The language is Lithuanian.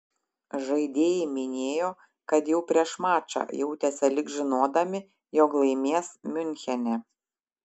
žaidėjai minėjo kad jau prieš mačą jautėsi lyg žinodami jog laimės miunchene